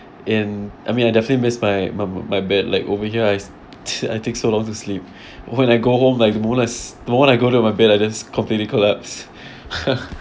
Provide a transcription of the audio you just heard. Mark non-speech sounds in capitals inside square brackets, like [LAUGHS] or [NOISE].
and I mean I definitely miss my m~ my bed like over here I [LAUGHS] take so long to sleep when I go home like the moment I s~ the moment I go to my bed I just completely collapse [LAUGHS]